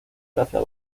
gracias